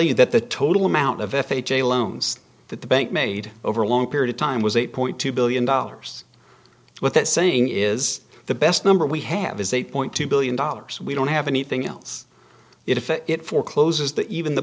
you that the total amount of f h a loans that the bank made over a long period of time was eight point two billion dollars what that saying is the best number we have is eight point two billion dollars we don't have anything else if it forecloses that even the